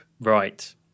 Right